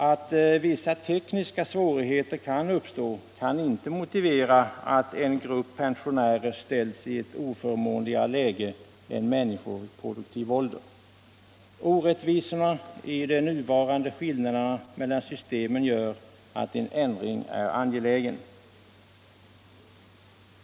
Att vissa tekniska svårigheter väntas uppstå kan inte motivera att en grupp pensionärer ställs i ett oförmånligare läge än människor i produktiv ålder. Orättvisorna i de nuvarande skillnaderna mellan systemen gör att en ändring är angelägen.